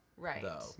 Right